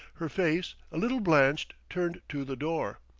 her face, a little blanched, turned to the door.